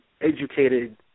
educated